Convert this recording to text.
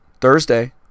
Thursday